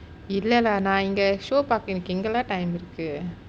இல்ல:illa lah நான் இங்க:naan inga show பார்க்க எங்க:parka enga lah time இருக்கு:irukku